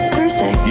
Thursday